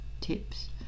tips